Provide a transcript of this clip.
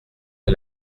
que